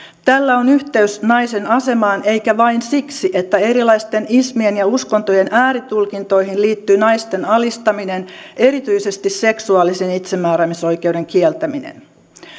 tällä on yhteys naisen asemaan eikä vain siksi että erilaisten ismien ja uskontojen ääritulkintoihin liittyy naisten alistaminen erityisesti seksuaalisen itsemääräämisoikeuden kieltäminen